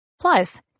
plus